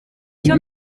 cyo